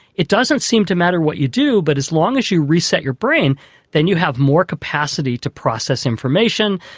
it doesn't seem to matter what you do but as long as you reset your brain then you have more capacity to process information,